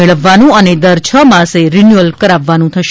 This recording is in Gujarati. મેળવવાનું અને દર છ માસે રિન્યુઅલ કરાવવાનું થશે